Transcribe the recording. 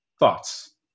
Thoughts